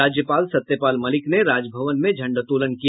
राज्यपाल सत्यपाल मलिक ने राजभवन में झंडोतोलन किया